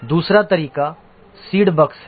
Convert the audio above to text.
दूसरा तरीका seed bugs है